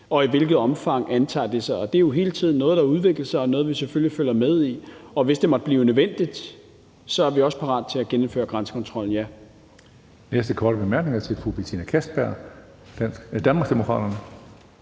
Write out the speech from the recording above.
og hvilket omfang det antager. Det er jo hele tiden noget, der udvikler sig, og noget, vi selvfølgelig følger med i. Hvis det måtte blive nødvendigt, er vi også parate til at genindføre grænsekontrollen, ja.